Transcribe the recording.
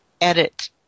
edit